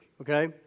okay